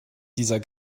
dieser